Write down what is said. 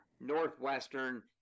Northwestern